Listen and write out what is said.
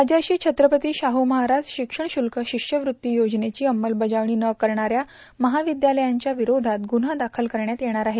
राजर्षी छत्रपती शाहू महाराज शिक्षण शुल्क शिष्यवृत्ती योजनेची अंमलबजावणी न करणाऱ्या महाविद्यालयांच्या विरोधात गुव्हा दाखल करण्यात येणार आहे